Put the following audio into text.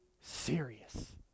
serious